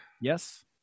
Yes